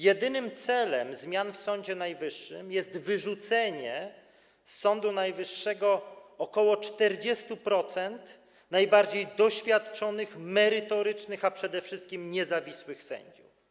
Jedynym celem zmian w Sądzie Najwyższym jest wyrzucenie z Sądu Najwyższego ok. 40% najbardziej doświadczonych, merytorycznych, a przede wszystkim niezawisłych sędziów.